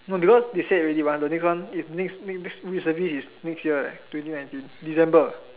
no because they said already mah the next one is the next next next reservist is next year eh twenty nineteen December